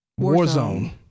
Warzone